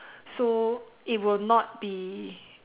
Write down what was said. so it will not be